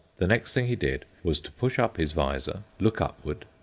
the next thing he did was to push up his visor, look upward,